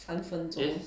三分钟